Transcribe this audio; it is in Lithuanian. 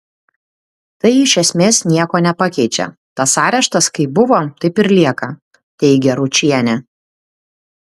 tai iš esmės nieko nepakeičia tas areštas kaip buvo taip ir lieka teigia ručienė